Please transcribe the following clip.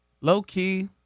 low-key